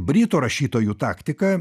britų rašytojų taktika